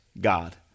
God